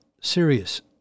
serious